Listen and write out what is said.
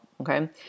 Okay